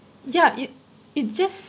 ya it it just